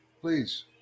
please